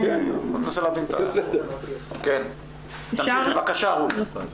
אני מנסה להבין את ה --- בבקשה רות.